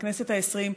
בכנסת העשרים,